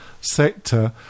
sector